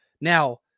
Now